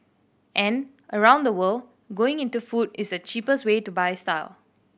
and around the world going into food is the cheapest way to buy style